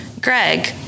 Greg